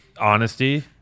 Honesty